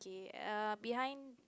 K err behind